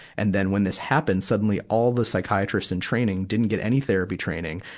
and then, when this happened, suddenly all the psychiatrists-in-training didn't get any therapy training.